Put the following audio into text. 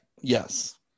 Yes